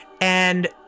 And-